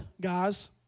guys